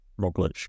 Roglic